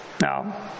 Now